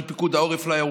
כי פיקוד העורף לא היה ערוך.